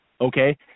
okay